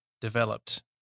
developed